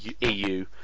eu